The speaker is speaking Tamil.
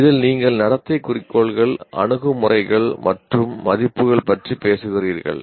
இதில் நீங்கள் நடத்தை குறிக்கோள்கள் அணுகுமுறைகள் மற்றும் மதிப்புகள் பற்றி பேசுகிறீர்கள்